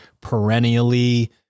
perennially